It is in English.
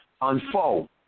unfold